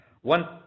One